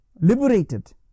liberated